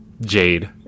jade